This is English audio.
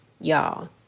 y'all